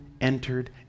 entered